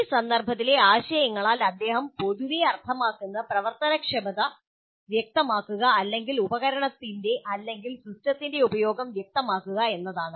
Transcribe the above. ഈ സന്ദർഭത്തിലെ ആശയങ്ങളാൽ അദ്ദേഹം പൊതുവെ അർത്ഥമാക്കുന്നത് പ്രവർത്തനക്ഷമത വ്യക്തമാക്കുക അല്ലെങ്കിൽ ഉപകരണത്തിന്റെ അല്ലെങ്കിൽ സിസ്റ്റത്തിന്റെ ഉപയോഗം വ്യക്തമാക്കുക എന്നതാണ്